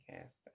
cast